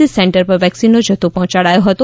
C center પર vaccine નો જથ્થો પહોચાડાયો હતો